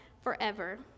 forever